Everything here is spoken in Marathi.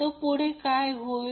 तर पुढे काय होईल